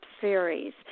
series